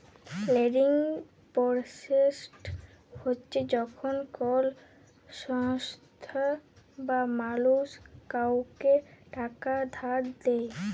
lending পরসেসট হছে যখল কল সংস্থা বা মালুস কাউকে টাকা ধার দেঁই